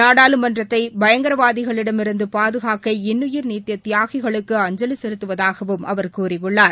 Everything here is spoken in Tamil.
நாடாளுமன்றத்தை பயங்கரவாதிகளிடமிருந்து பாதுகாக்க இன்னுயிர் நீத்த தியாகிகளுக்கு அஞ்சலி செலுத்துவதாகவும் அவர் கூறியுள்ளார்